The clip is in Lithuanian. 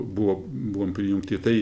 buvo buvom prijungti tai